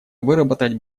выработать